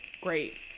great